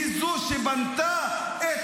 היא זו שבנתה את